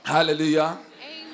Hallelujah